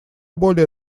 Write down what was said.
более